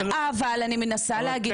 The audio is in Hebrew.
אבל אני מנסה להגיד.